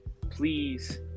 Please